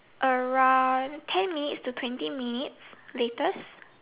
around ten minutes to twenty minutes latest